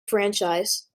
franchise